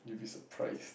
you will be surprised